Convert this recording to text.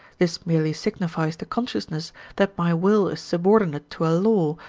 this merely signifies the consciousness that my will is subordinate to a law,